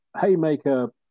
haymaker